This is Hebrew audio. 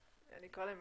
אני אקרא להן,